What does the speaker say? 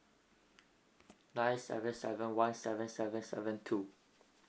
nine seven seven one seven seven seven two